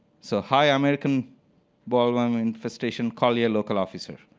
so high american bollworm infestation. call your local officer.